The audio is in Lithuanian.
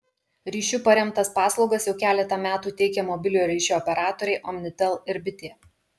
ryšiu paremtas paslaugas jau keletą metų teikia mobiliojo ryšio operatoriai omnitel ir bitė